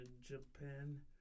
Japan